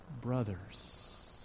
brothers